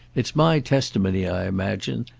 it's my testimony, i imagine,